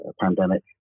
pandemic